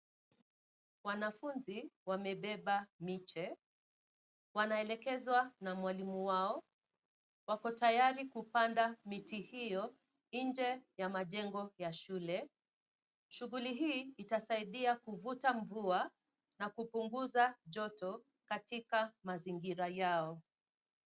Wanafunzi wamebeba miche. Wanaelekezwa na mwalimu wao. Wako tayari kupanda miti hiyo nje ya majengo ya shule. Shughuli hii itasaidia kuvuta mvua na kupunguza joto katika mazingira yao.